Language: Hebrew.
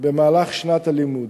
במהלך שנת הלימוד.